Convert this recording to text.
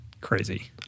crazy